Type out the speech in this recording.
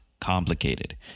complicated